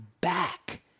back